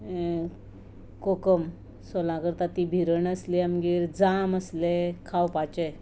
कोकम सोलां करता तीं बिरण आसली आमगेर जांब आसले खावपाचे